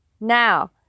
Now